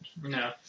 No